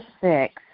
six